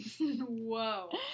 Whoa